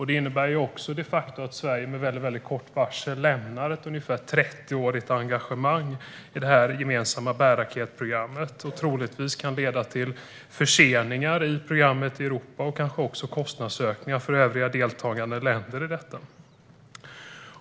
Det innebär också de facto att Sverige med mycket kort varsel lämnar ett ungefär trettioårigt engagemang i det gemensamma bärraketsprogrammet, vilket troligtvis kan leda till förseningar i programmet i Europa och kanske även kostnadsökningar för övriga deltagande länder.